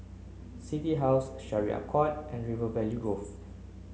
City House Syariah A Court and River Valley Grove